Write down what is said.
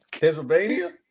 Pennsylvania